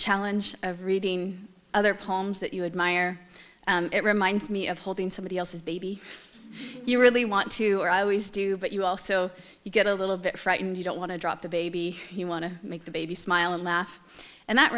challenge of reading other poems that you admire it reminds me of holding somebody else's baby you really want to i always do but you also get a little bit frightened you don't want to drop the baby you want to make the baby smile and laugh and that